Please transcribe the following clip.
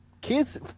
kids